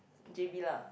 j_b lah